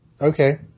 Okay